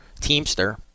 teamster